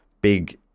big